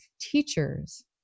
teachers